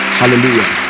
hallelujah